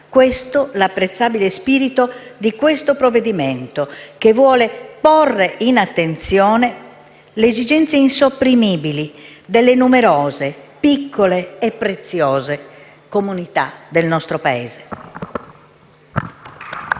Questo è l'apprezzabile spirito del provvedimento in esame, che vuole rivolgere attenzione alle esigenze insopprimibili delle numerose piccole e preziose comunità del nostro Paese.